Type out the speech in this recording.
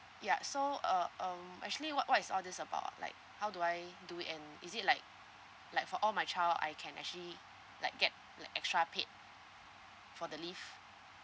ya so uh um actually what what's all this about like how do I do it and is it like like for all my child I can actually like get like extra paid for the paid